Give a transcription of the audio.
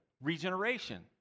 regeneration